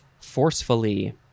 forcefully